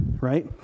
right